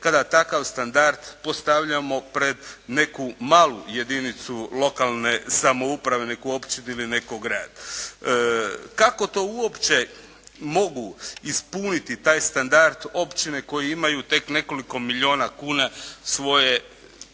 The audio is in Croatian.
kada takav standard postavljamo pred neku malu jedinicu lokalne samouprave, neku općinu ili nekog grada. Kako to uopće mogu ispuniti taj standard općine koje imaju tek nekoliko milijuna kuna svoje